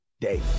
day